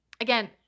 Again